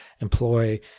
employ